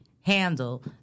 handle